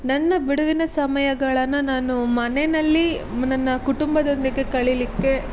ನನ್ನ ಬಿಡುವಿನ ಸಮಯಗಳನ್ನು ನಾನು ಮನೆಯಲ್ಲಿ ನನ್ನ ಕುಟುಂಬದೊಂದಿಗೆ ಕಳಿಲಿಕ್ಕೆ